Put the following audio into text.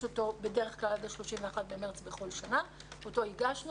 אותו בדרך כלל עד ה-31 במארס בכל שנה ואותו הגשנו,